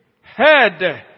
head